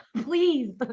Please